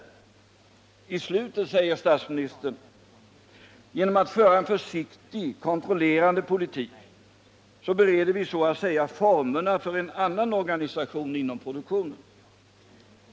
I slutet säger statsministern: ”Genom att föra en försiktig, kontrollerande politik bereder vi så att säga formerna för en annan organisation inom produktionen.